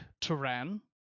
Turan